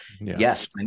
yes